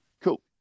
Cool